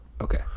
Okay